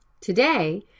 Today